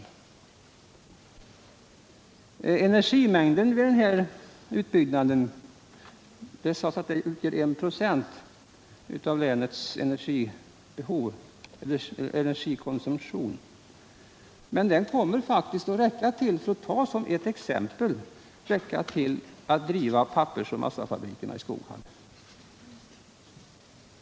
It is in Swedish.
riksplaneringen för Energimängden i samband med den här utbyggnaden sades utgöra vattendrag i norra 1 96 av länets energikonsumtion. Den mängden kommer faktiskt att räcka — Svealand och till att exempelvis driva pappersoch massafabrikerna i Skoghall.